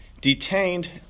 detained